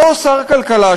אותו שר כלכלה,